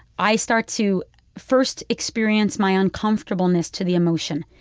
i start to first experience my uncomfortableness to the emotion,